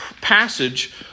passage